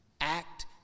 act